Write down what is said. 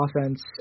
offense